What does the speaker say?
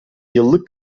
yıllık